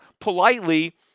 politely